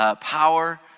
power